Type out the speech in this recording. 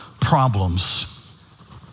problems